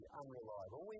unreliable